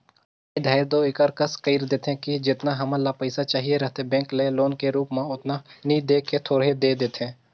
कए धाएर दो एकर कस कइर देथे कि जेतना हमन ल पइसा चाहिए रहथे बेंक ले लोन के रुप म ओतना नी दे के थोरहें दे देथे